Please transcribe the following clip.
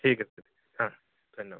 ঠিক আছে ধন্য়বাদ